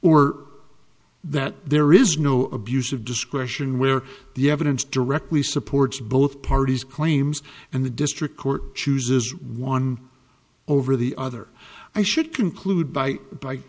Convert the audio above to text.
or that there is no abuse of discretion where the evidence directly supports both parties claims and the district court chooses one over the other i should conclude by